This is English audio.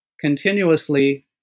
continuously